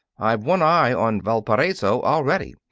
i've one eye on valparaiso already.